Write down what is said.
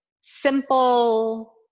simple